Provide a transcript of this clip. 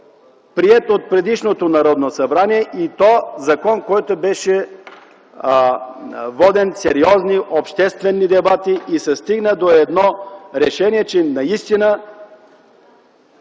приет от предишното Народно събрание и то закон, по който бяха водени сериозни обществени дебати и се стигна до решение. Ние сме страна